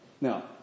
Now